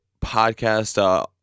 podcast